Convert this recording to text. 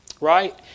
Right